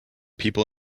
people